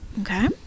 Okay